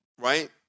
Right